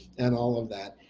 and all of that.